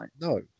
No